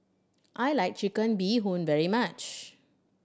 I like Chicken Bee Hoon very much